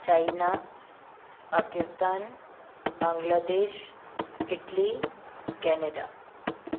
China Pakistan Bangladesh Italy Canada